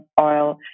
oil